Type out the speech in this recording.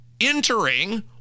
entering